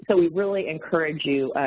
so we really encourage you,